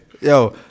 Yo